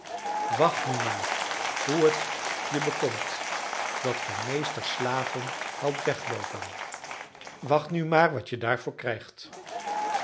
wacht nu maar hoe het je bekomt dat ge meesters slaven helpt wegloopen wacht nu maar wat je daarvoor krijgt